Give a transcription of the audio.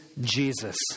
Jesus